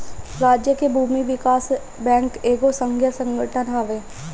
राज्य के भूमि विकास बैंक एगो संघीय संगठन हवे